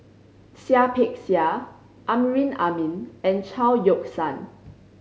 Seah Peck Seah Amrin Amin and Chao Yoke San